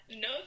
No